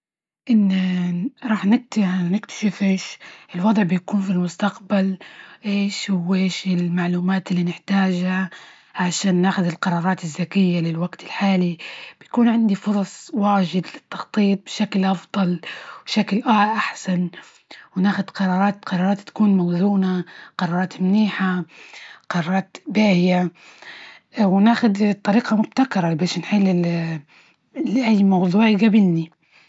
إن راح نكت- نكتشف إيش الوضع بيكون في المستقبل إيش وإيش المعلومات إللي نحتاجها عشان ناخد القرارات الذكية، للوقت الحالي، بيكون عندي فرص واجد للتخطيط بشكل أفضل وبشكل أحسن، وناخد قرارات، قرارات تكون موزونة، قرارات منيحة، قرارات باهية، وناخد طريقة مبتكرة بش نحل لأى موضوع يجابلنى.